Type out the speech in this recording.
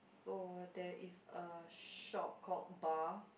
oh there is a shop called bar